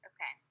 Okay